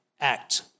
Act